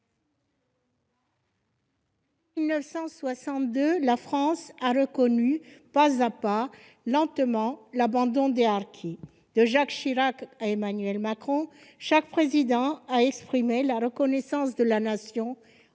1962, la France a reconnu pas à pas, lentement, l'abandon des harkis. De Jacques Chirac à Emmanuel Macron, chaque Président de la République a exprimé la reconnaissance de la Nation